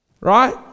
Right